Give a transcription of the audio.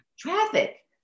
traffic